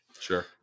Sure